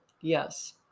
Yes